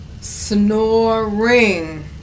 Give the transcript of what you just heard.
Snoring